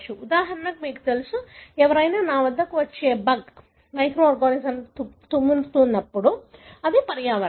ఉదాహరణకు మీకు తెలుసు ఎవరైనా నా వద్దకు వచ్చే బగ్ మైక్రో ఆర్గానిజం తుమ్ముతున్నప్పుడు అది పర్యావరణం